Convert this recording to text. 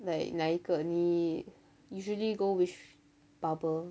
like 哪一个你 usually go which barber